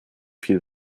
viel